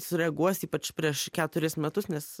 sureaguos ypač prieš keturis metus nes